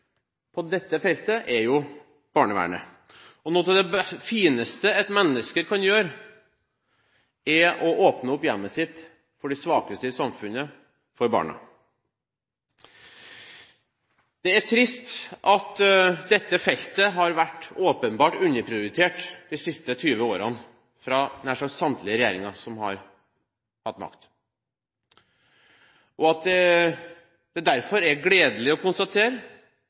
på dette feltet er barnevernet. Noe av det fineste et menneske kan gjøre, er å åpne opp hjemmet sitt for de svakeste i samfunnet – for barna. Det er trist at dette feltet åpenbart har vært underprioritert de siste 20 årene fra nær sagt samtlige regjeringer som har hatt makt. Det er derfor gledelig, men også viktig, å konstatere